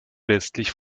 westlich